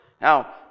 now